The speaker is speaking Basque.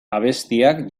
abestiak